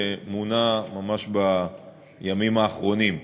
שמונה ממש בימים האחרונים.